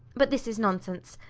but this is nonsense.